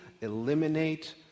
eliminate